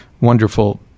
wonderful